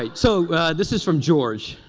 ah so this is from george,